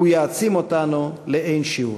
הוא יעצים אותנו לאין שיעור.